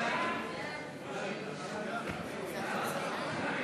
עבירת רצח),